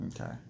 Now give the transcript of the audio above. Okay